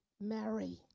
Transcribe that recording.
Mary